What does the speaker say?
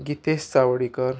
Gitesh Chawdikar